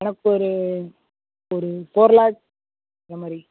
எனக்கு ஒரு ஒரு ஃபோர் லேக்ஸ் அந்தமாதிரி